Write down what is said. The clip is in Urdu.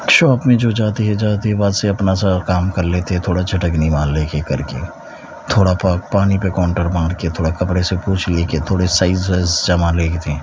شاپ میں جو جاتے ہیں جاتے ہی وہاں سے اپنا سارا کام کر لیتے تھوڑا چٹکنی مال لے کے کر کے تھوڑا سا پانی پہ کاؤنٹر مار کے تھوڑا کپڑے سے پوچھ لیے کہ تھوڑے سائز وائز جمانے کی تھی